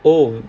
oh